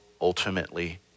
ultimately